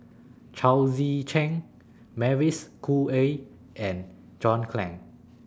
Chao Tzee Cheng Mavis Khoo Oei and John Clang